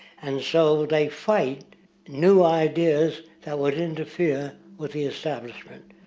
and so they fight new ideas, that would interfere with the establishment.